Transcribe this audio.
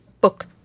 book